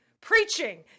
Preaching